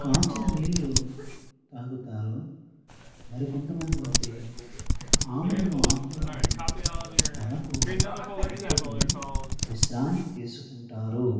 కాచిన నీళ్ళు త్రాగుతారు మరి కొంత మంది అయితే ఆముదం ఆకులను తలకు కట్టుకొని విశ్రాంతి తీసుకుంటారు